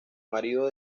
marido